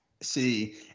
See